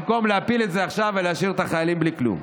במקום להפיל את זה עכשיו ולהשאיר את החיילים בלי כלום.